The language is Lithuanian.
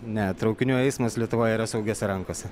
ne traukinių eismas lietuvoj yra saugiose rankose